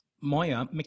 Moya